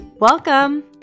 Welcome